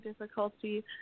difficulty